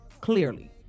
clearly